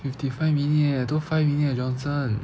fifty five minute eh 多 five minute eh johnson